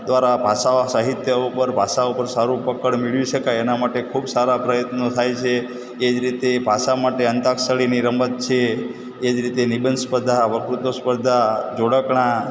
દ્વારા ભાષા સાહિત્ય ઉપર ભાષા ઉપર સારું પકડ મેળવી શકાય તે એના માટે ખૂબ સારા પ્રત્યનો થાય છે એ જ રીતે એ ભાષા માટે અંતાક્ષરીની રમત છે એ જ રીતે નિબંધ સ્પર્ધા વક્તૃત્ત્વ સ્પર્ધા જોડકણાં